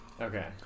Okay